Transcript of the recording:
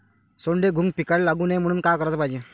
सोंडे, घुंग पिकाले लागू नये म्हनून का कराच पायजे?